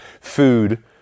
food